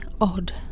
odd